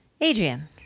Adrian